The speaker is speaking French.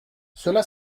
cela